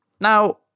Now